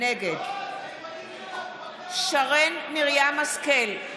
נגד שרן מרים השכל,